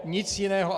Nic jiného.